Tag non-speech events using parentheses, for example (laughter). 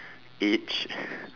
age (laughs)